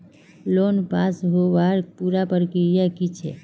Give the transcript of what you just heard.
Loan पास होबार पुरा प्रक्रिया की छे?